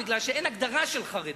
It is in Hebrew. מפני שאין הגדרה של חרדים.